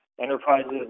enterprises